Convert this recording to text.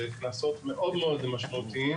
זה קנסות מאוד מאוד משמעותיים.